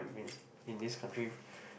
in this country